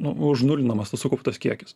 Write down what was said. nu užnulinamas tas sukauptas kiekis